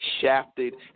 Shafted